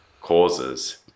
causes